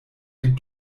die